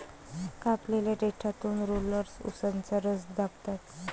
कापलेल्या देठातून रोलर्स उसाचा रस दाबतात